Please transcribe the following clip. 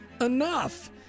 enough